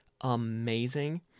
amazing